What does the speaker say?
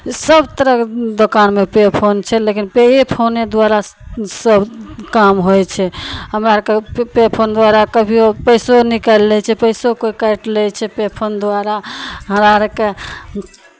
इसभ तरहके दोकानमे पे फोन छै लेकिन पेए फोने द्वारा सभ काम होइ छै हमरा आरके पे फोन द्वारा कभिओ पैसो निकालि लै छै पैसो कोइ काटि लै छै पे फोन द्वारा हमरा आरके